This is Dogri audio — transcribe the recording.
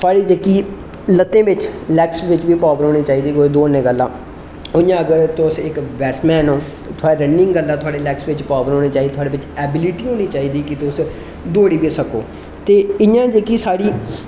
थुआढ़ी जेहकी लत्तें बिच लेग्स बिच्च बी पावर होनी चाही दी कुतै दौड़ने गल्ला ओह् अगर तुस इक बैटसमैन ओ और अगर तुस इक बैटसमैन ओ थुआढ़ी रर्निंंग गल्ला थुआढ़ी लैग्स बिच पावर होनी चाहिदी थुआढ़े बिच एबिलिटी होनी चाहिदी कि तुस दौड़ी बी सको ते इयां जेहकी साढ़ी